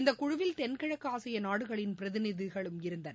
இந்தகுழுவில் தென்கிழக்குஆசியநாடுகளின் பிரதிநிதிகளும் இருந்தனர்